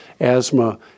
asthma